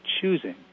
choosing